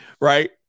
right